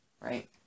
right